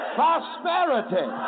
prosperity